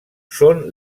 són